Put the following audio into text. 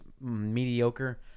mediocre